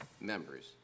members